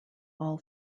all